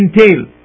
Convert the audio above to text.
entail